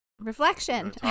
Reflection